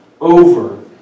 over